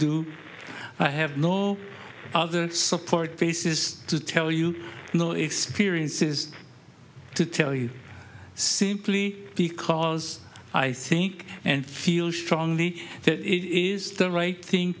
do i have no other support places to tell you no experiences to tell you simply because i think and feel strongly that it is the right thing